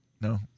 No